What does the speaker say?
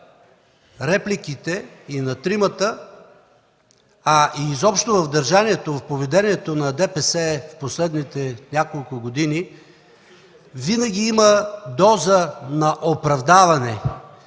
репликите и на тримата, а изобщо в държанието, в поведението на ДПС в последните години винаги има доза на оправдаване.